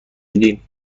میدی